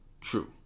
true